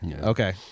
okay